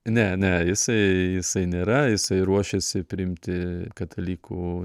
ne ne jisai jisai nėra jisai ruošiasi priimti katalikų